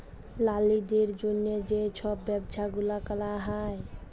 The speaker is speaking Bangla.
লারিদের জ্যনহে যে ছব ব্যবছা গুলা ক্যরা হ্যয়